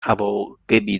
عواقبی